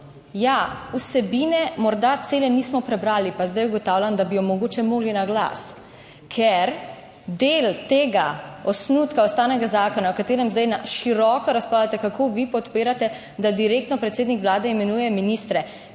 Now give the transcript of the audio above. ja, vsebine morda cele nismo prebrali, pa zdaj ugotavljam, da bi jo mogoče mogli na glas, ker del tega osnutka ustavnega zakona, o katerem zdaj na široko razpravljate, kako vi podpirate, da direktno predsednik Vlade imenuje ministre,